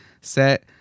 set